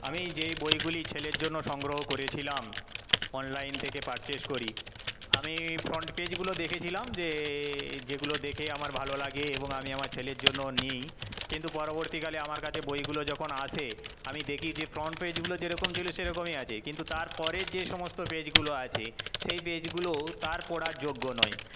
আমি যেই বইগুলি ছেলের জন্য সংগ্রহ করেছিলাম অনলাইন থেকে পারচেজ করি আমি এই ফ্রন্ট পেজগুলো দেখেছিলাম যে যেগুলো দেখে আমার ভালো লাগে এবং আমি আমার ছেলের জন্য নিই কিন্তু পরবর্তীকালে আমার কাছে বইগুলো যখন আসে আমি দেখি যে ফ্রন্ট পেজগুলো যেরকম ছিল সেরকমই আছে কিন্তু তার পরের যে সমস্ত পেজগুলো আছে সেই পেজগুলো তা পড়ার যোগ্য নয়